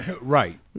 Right